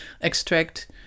extract